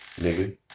Nigga